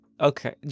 okay